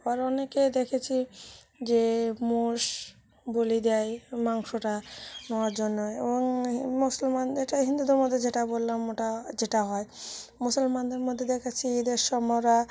আবার অনেকে দেখেছি যে মোষ বলি দেয় মাংসটা নেওয়ার জন্য এবং হি মুসলমান এটা হিন্দুদের মধ্যে যেটা বললাম ওটা যেটা হয় মুসলমানদের মধ্যে দেখেছি ঈদের সমরা